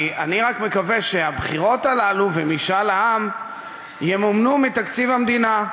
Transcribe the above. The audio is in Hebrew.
כי אני מקווה שהבחירות הללו ומשאל העם ימומנו מתקציב המדינה.